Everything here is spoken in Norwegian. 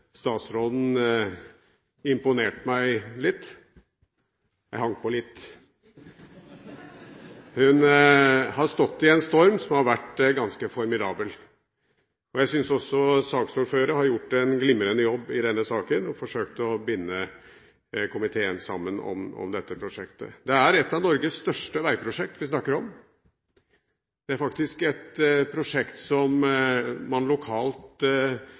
statsråden imponert meg litt – jeg hang på «litt». Hun har stått i en storm som har vært ganske formidabel. Jeg syns også saksordføreren har gjort en glimrende jobb i denne saken og forsøkt å binde komiteen sammen om dette prosjektet. Vi snakker om et av Norges største veiprosjekt. Det er faktisk et prosjekt som man lokalt